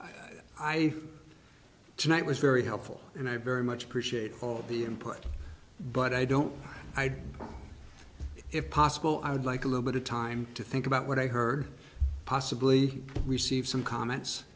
i tonight was very helpful and i very much appreciate all the input but i don't know if possible i would like a little bit of time to think about what i heard possibly receive some comments